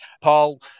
Paul